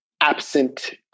absent